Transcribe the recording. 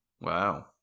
Wow